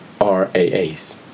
RAAs